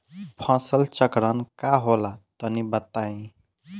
फसल चक्रण का होला तनि बताई?